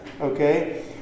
okay